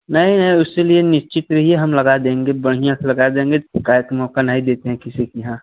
नहीं नहीं उस लिए निश्चिंत रहिए हम लगा देंगे बढ़िया से लगा देंगे शिकायत का मौका नहीं देते हैं किसी के यहाँ